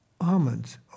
almonds